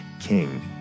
king